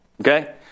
Okay